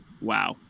wow